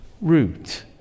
root